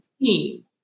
team